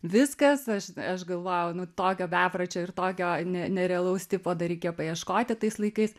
viskas aš aš galvojau nu tokio bepročio ir tokio ne nerealaus tipo dar reikėjo paieškoti tais laikais